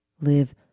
Live